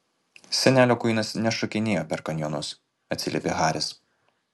senelio kuinas nešokinėjo per kanjonus atsiliepė haris